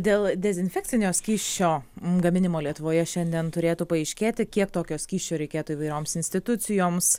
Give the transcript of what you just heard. dėl dezinfekcinio skysčio gaminimo lietuvoje šiandien turėtų paaiškėti kiek tokio skysčio reikėtų įvairioms institucijoms